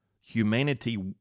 Humanity